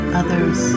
others